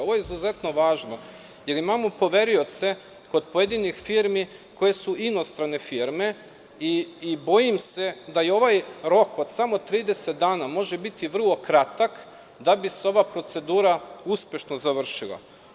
Ovo je izuzetno važno, jer imamo poverioce kod pojedinih firmi koje su inostrane firme i bojim se da ovaj rok od samo 30 dana može biti vrlo kratak da bi se ova procedura uspešno završila.